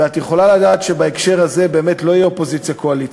ואת יכולה לדעת שבהקשר הזה באמת לא יהיה אופוזיציה קואליציה,